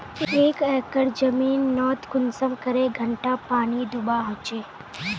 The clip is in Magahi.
एक एकर जमीन नोत कुंसम करे घंटा पानी दुबा होचए?